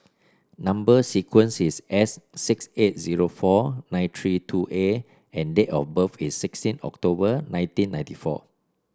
number sequence is S six eight zero four nine three two A and date of birth is sixteen October nineteen ninety four